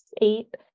eight